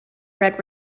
red